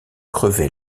crevé